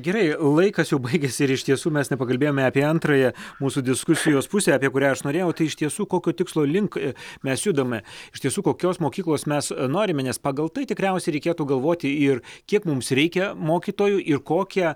gerai laikas jau baigiasi ir iš tiesų mes nepakalbėjome apie antrąją mūsų diskusijos pusę apie kurią aš norėjau tai iš tiesų kokio tikslo link mes judame iš tiesų kokios mokyklos mes norime nes pagal tai tikriausiai reikėtų galvoti ir kiek mums reikia mokytojų ir kokią